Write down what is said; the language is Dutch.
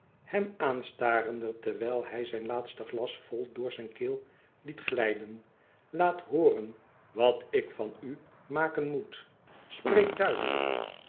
hem aanstarende terwijl hij zijn laatste glas vol door zijne keel liet glijden laat hooren wat ik van u maken moet spreek duidelijk